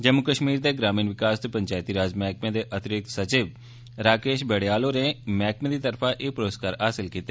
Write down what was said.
जम्मू कष्मीर दे ग्रामीण विकास ते पंचैती राज मैह्कमे दे अतिरिक्त सचिव राकेष बड़ेयाल होरें मैह्कमे दी तरफा एह पुरस्कार हासल कीते